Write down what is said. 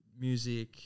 music